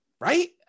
Right